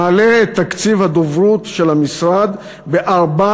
מעלה את תקציב הדוברות של המשרד ב-400%,